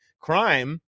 Crime